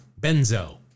Benzo